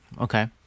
Okay